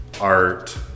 art